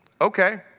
Okay